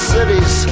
Cities